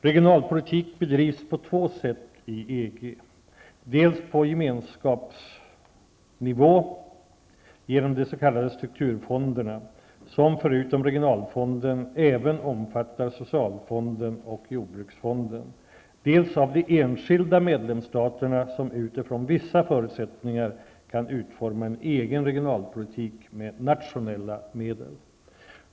Regionalpolitik bedrivs på två sätt i EG, dels på gemenskapsnivå genom de s.k. strukturfonderna, som förutom regionalfonden även omfattar socialfonden och jordbruksfonden, dels av de enskilda medlemsstaterna som utifrån vissa förutsättningar kan utforma en egen regionalpolitik med nationella medel.